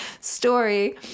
story